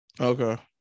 Okay